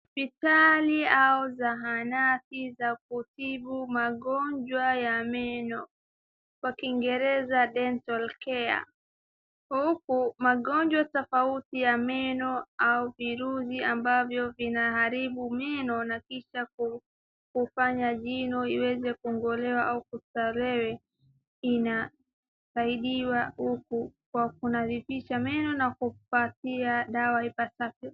Hospitali au zahanati za kutibu magonjwa ya meno kwa Kiingereza, Dental Care . Huku magonjwa tofauti ya meno au virusi ambavyo vinaharibu meno na kisha kufanya jino iweze kung'olewa au kutolewe inasaidiwa huku kwa kunavipicha meno na kukupatia dawa ipasavyo.